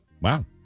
Wow